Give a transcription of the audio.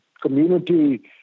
community